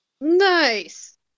Nice